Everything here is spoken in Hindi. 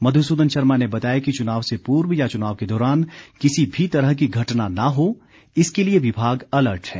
मध्सूदन शर्मा ने बताया कि चुनाव से पूर्व या चुनाव के दौरान किसी भी तरह की घटना न हो इसके लिए विभाग अलर्ट है